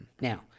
Now